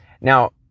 Now